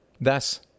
Thus